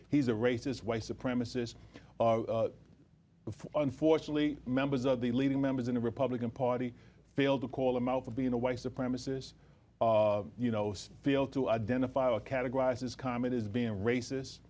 he's a racist white supremacist before unfortunately members of the leading members in the republican party failed to call him out for being a white supremacist you know feel to identify a categorized as comment is being racist